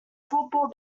football